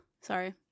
Sorry